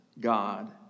God